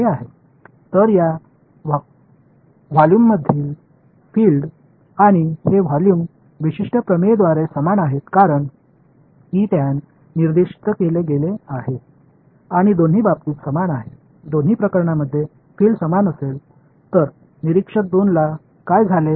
எனவே இந்த தொகுதிக்குள் உள்ள புலங்களும் இந்த தொகுதியும் யூனிக்னஸ் தேற்றத்தால் ஒரே மாதிரியாக இருப்பதால் e tan குறிப்பிடப்பட்டுள்ளது மற்றும் இரண்டு நிகழ்வுகளிலும் ஒரே மாதிரியாக இருப்பதால் புலம் இரண்டு நிகழ்வுகளிலும் ஒரே மாதிரியாக இருக்கும்